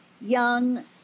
young